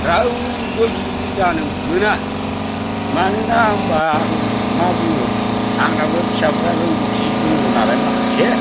रावबो बेबायदि जानो मोना मानो होनना होनबा आङो मा बुङो आंनाबो फिसाफ्रा रोंगौथि दङ नालाय माखासे